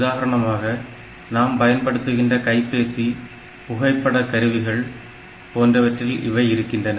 உதாரணமாக நாம் பயன்படுத்துகின்ற கைபேசி புகைப்பட கருவிகள் camera cameras போன்றவற்றில் இவை இருக்கின்றன